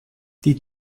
die